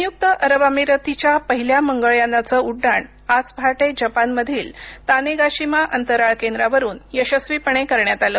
संयुक्त अरब अमिरातीच्या पहिल्या मंगळ यानाचं उड्डाण आज पहाटे जपानमधील तानेगाशिमा अंतराळ केंद्रावरून यशस्वीपणे करण्यात आलं